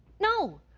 no.